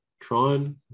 Tron